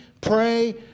pray